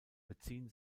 beziehen